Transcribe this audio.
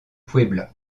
puebla